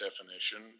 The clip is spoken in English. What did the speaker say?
definition